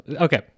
okay